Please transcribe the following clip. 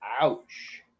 ouch